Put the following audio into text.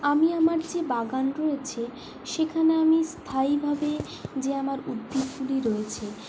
আমি আমার যে বাগান রয়েছে সেখানে আমি স্থায়ীভাবে যে আমার উদ্ভিদগুলি রয়েছে